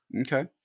Okay